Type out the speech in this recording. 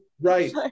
Right